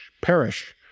perish